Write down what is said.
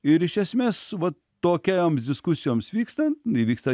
ir iš esmės vat tokioms diskusijoms vykstant įvyksta